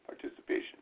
participation